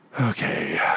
Okay